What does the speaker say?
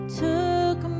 took